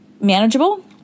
manageable